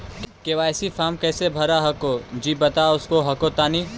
KYC फॉर्मा कैसे भरा हको जी बता उसको हको तानी?